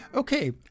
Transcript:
Okay